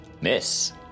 Miss